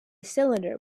cylinder